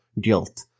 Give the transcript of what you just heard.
guilt